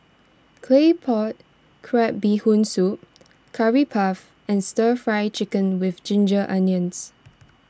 Claypot Crab Bee Hoon Soup Curry Puff and Stir Fry Chicken with Ginger Onions